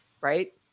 right